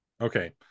Okay